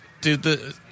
Dude